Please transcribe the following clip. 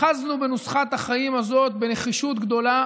אחזנו בנוסחת החיים הזאת בנחישות גדולה